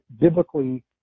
biblically